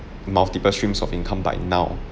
multiple streams of income by now